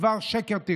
זה מסוכן,